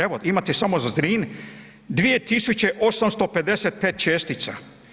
Evo, imate samo za Zrin, 2855 čestica.